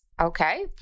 okay